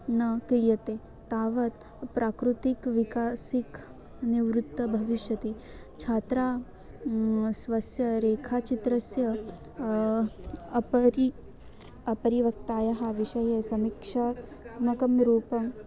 न क्रियते तावत् प्राकृतिकं वैकासिकं निवृत्तं भविष्यति छात्राः स्वस्य रेखाचित्रस्य उपरि अपरिवक्तायः विषये समीक्षात्मकं रूपं